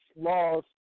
laws